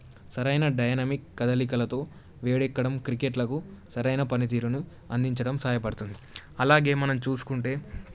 సరైన డైనమిక్ కదలికలతో వేడెక్కడం క్రికెట్లకు సరైన పనితీరుని అందించడం సహాయపడుతుంది అలాగే మనం చూసుకుంటే